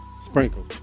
Sprinkle